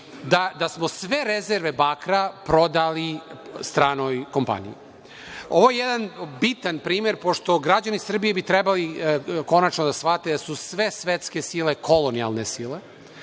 da smo sve rezerve bakra prodali stranoj kompaniji. Ovo je jedan bitan primer, pošto građani Srbije bi trebali konačno da shvate da su sve svetske sile kolonijalne sile,